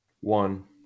One